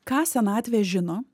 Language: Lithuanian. ką senatvė žino